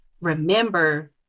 remember